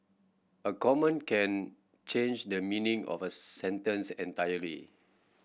a comma can change the meaning of a sentence entirely